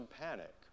panic